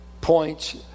points